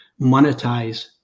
monetize